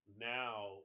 now